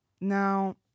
Now